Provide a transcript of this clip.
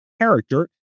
character